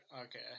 Okay